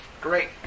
great